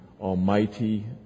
almighty